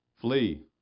Flee